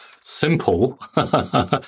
simple